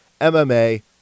MMA